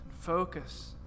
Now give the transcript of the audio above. focus